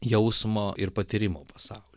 jausmo ir patyrimo pasaulį